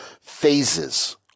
phases